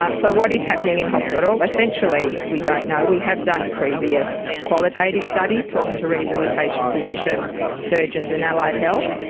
ah so what is happening in hospital? essentially we don't know. we have done previous qualitative studies talking to rehabilitation physicians, surgeons and allied health,